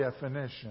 definition